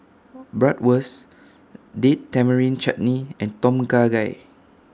Bratwurst Date Tamarind Chutney and Tom Kha Gai